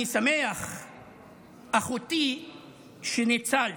אני שמח, אחותי, שניצלת,